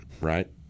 right